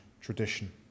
tradition